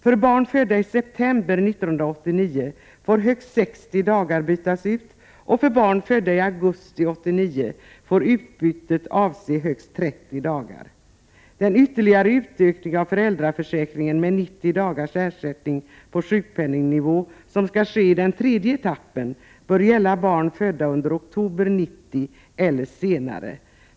För barn födda i september 1989 får högst 60 dagar bytas ut och för barn födda i augusti 1989 får utbytet avse högst 30 dagar. Den ytterligare utökningen av föräldraförsäkringen med 90 dagars ersättning på sjukpenningnivå, som skall ske i den tredje etappen, gäller barn födda under oktober 1990 eller senare.